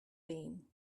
been